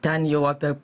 ten jau apie